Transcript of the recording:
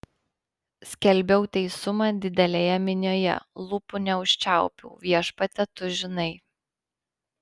skelbiau teisumą didelėje minioje lūpų neužčiaupiau viešpatie tu žinai